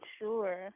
sure